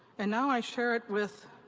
and now i share it with